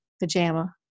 pajama